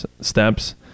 steps